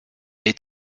est